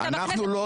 אתה בכנסת,